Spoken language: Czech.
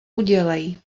udělej